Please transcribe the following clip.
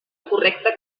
correcta